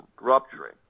rupturing